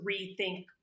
rethink